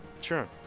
Sure